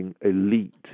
elite